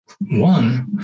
one